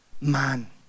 man